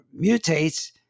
mutates